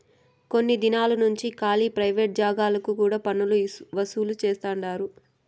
కొన్ని దినాలు నుంచి కాలీ ప్రైవేట్ జాగాలకు కూడా పన్నులు వసూలు చేస్తండారు